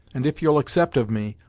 and, if you'll accept of me,